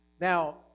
Now